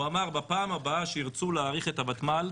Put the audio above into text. הוא אמר: בפעם הבאה שירצו להאריך את הוותמ"ל,